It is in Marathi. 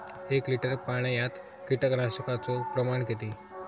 एक लिटर पाणयात कीटकनाशकाचो प्रमाण किती?